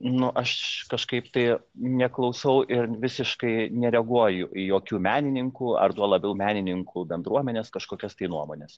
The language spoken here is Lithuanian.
nu aš kažkaip tai neklausau ir visiškai nereaguoju į jokių menininkų ar tuo labiau menininkų bendruomenės kažkokias tai nuomones